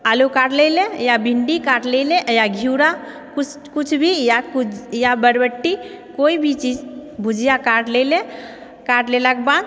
आलू काटि लेलै या भिण्डी काटि लेलै या घीउड़ा कुछ भी या बरबट्टी कोई भी चीज भुजिया काटि लेलै काटि लेलाके बाद